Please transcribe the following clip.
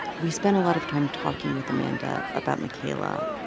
we spent a lot of time talking with amanda about makayla.